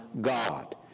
God